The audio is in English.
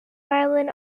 violin